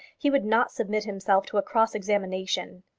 he would not submit himself to a cross-examination.